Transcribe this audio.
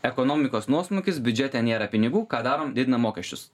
ekonomikos nuosmukis biudžete nėra pinigų ką darom didinam mokesčius